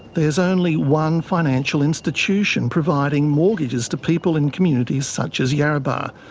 there's only one financial institution providing mortgages to people in communities such as yarrabah,